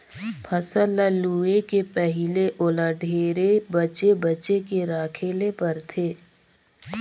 फसल ल लूए के पहिले ओला ढेरे बचे बचे के राखे ले परथे